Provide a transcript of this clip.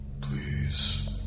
Please